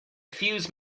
fuse